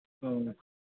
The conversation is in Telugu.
అవును